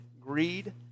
greed